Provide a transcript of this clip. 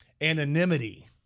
anonymity